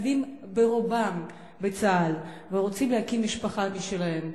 ברובם מתנדבים לצה"ל ורוצים להקים משפחה משלהם.